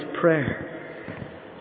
prayer